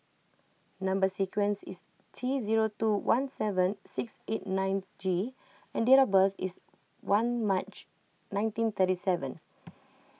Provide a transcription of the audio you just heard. Number Sequence is T zero two one seven six eight nine G and date of birth is one March nineteen thirty seven